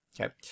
okay